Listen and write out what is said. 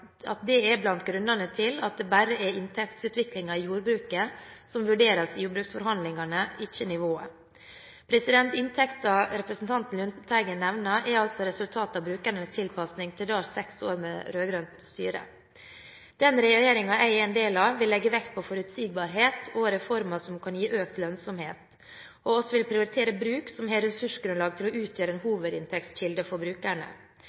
grunnene til at det bare er inntektsutviklingen i jordbruket som vurderes i jordbruksforhandlingene, ikke nivået. Inntekten som representanten Lundteigen nevner, er altså resultat av brukernes tilpasning til seks år med rød-grønt styre. Den regjeringen jeg er en del av, vil legge vekt på forutsigbarhet og reformer som kan gi økt lønnsomhet, og vi vil prioritere bruk som har ressursgrunnlag til å utgjøre en hovedinntektskilde for brukerne. Men myndighetene kan bare gi næringsdrivende inntektsmuligheter gjennom rammevilkårene som legges. Det er brukerne